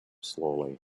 slowly